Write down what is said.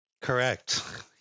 Correct